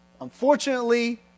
Unfortunately